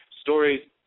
stories